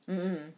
mmhmm